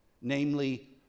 namely